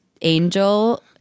Angel